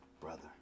brother